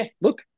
look